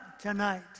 tonight